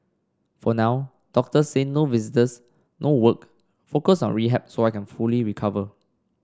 for now doctor say no visitors no work focus on rehab so I can fully recover